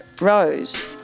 rose